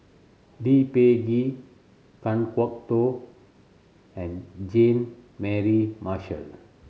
Lee Peh Gee Kan Kwok Toh and Jean Mary Marshall